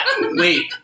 Wait